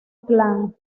clan